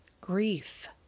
Grief